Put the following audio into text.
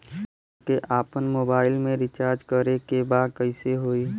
हमके आपन मोबाइल मे रिचार्ज करे के बा कैसे होई?